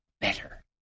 better